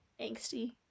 angsty